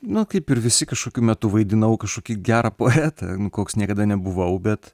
na kaip ir visi kažkokiu metu vaidinau kažkokį gerą poetą koks niekada nebuvau bet